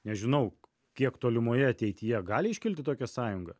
nežinau kiek tolimoje ateityje gali iškilti tokia sąjunga